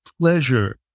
pleasure